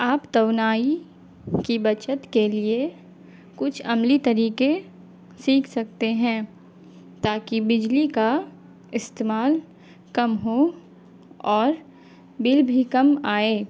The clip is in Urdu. آپ توانائی کی بچت کے لیے کچھ عملی طریقے سیکھ سکتے ہیں تاکہ بجلی کا استعمال کم ہو اور بل بھی کم آئے